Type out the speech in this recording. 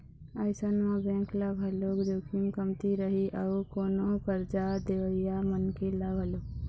अइसन म बेंक ल घलोक जोखिम कमती रही अउ कोनो करजा देवइया मनखे ल घलोक